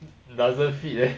it doesn't fit leh